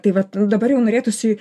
tai vat dabar jau norėtųsi